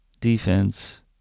defense